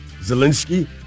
Zelensky